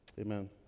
Amen